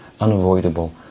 unavoidable